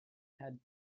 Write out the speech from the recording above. had